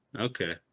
Okay